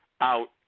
out